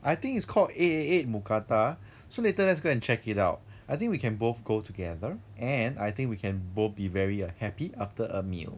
I think it's called eight eight eight mookata so later let's go and check it out I think we can both go together and I think we can both be very err happy after a meal